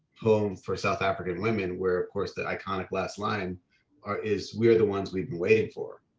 home for south african women where of course the iconic last line is, we're the ones we've been waiting for,